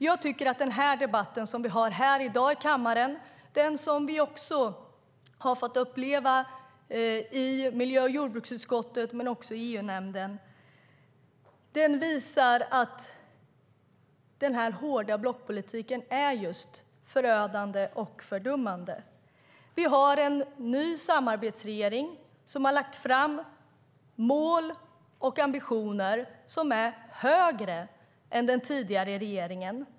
Jag tycker att den debatt som vi har i dag i kammaren och som vi har fått uppleva i miljö och jordbruksutskottet och även i EU-nämnden visar att den hårda blockpolitiken är just förödande och fördummande. Vi har en ny samarbetsregering som har lagt fram mål och ambitioner som är högre än den tidigare regeringens.